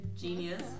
Genius